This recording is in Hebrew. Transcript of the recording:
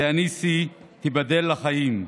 ואניסי, תיבדל לחיים,